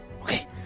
Okay